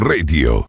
Radio